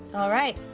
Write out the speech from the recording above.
alright.